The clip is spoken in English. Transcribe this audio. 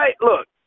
look